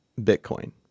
Bitcoin